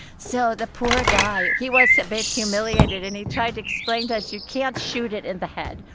so the poor guy, he was a bit humiliated, and he tried to explain to us, you can't shoot it in the head,